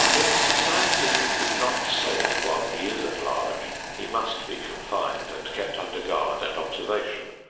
if society is not safe while he is at large, he must be confined and kept under guard and observation.